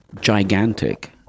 gigantic